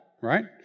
right